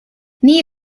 nii